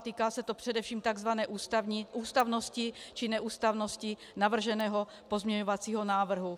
Týká se to především takzvané ústavnosti či neústavnosti navrženého pozměňovacího návrhu.